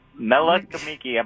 Melakamiki